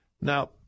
Now